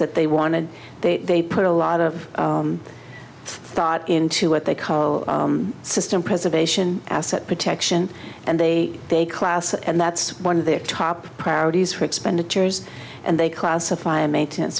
that they wanted that they put a lot of thought into what they call system preservation asset protection and they they class and that's one of their top priorities for expenditures and they classify a mainten